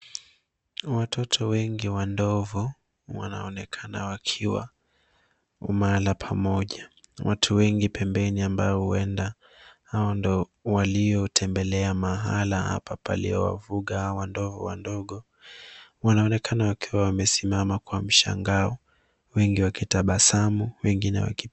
Watoto wengi wa ndovu wanaonekana wakiwa mahala pamoja. Watu wengi pembeni ambao huenda hao ndio waliotembelea mahala hapa paliofugwa hawa ndovu wadogo. Wanaonekana wakiwa wamesimama kwa mshangao, wengi wakitabasamu, wengine waki.